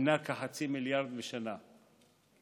היא כ-0.5 מיליארד ש"ח בשנה,